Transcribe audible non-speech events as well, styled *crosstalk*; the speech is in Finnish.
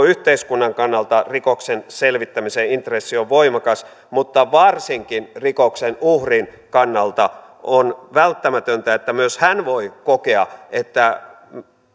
*unintelligible* yhteiskunnan kannalta rikoksen selvittämisen intressi on voimakas mutta varsinkin rikoksen uhrin kannalta on välttämätöntä että myös hän voi kokea että